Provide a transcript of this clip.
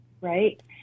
right